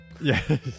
Yes